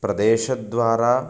प्रदेशद्वारा